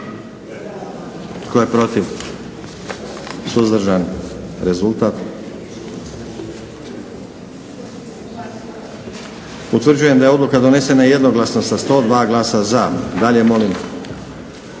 Tko je protiv? Tko je suzdržan? Molim rezultat. Utvrđujem da je odluka donesena jednoglasno sa 101 glasom. Dalje molim.